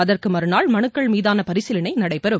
அதற்கு மறுநாள் மனுக்கள் மீதான பரிசீலனை நடைபெறும்